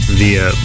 via